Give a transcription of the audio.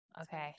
Okay